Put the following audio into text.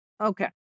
okay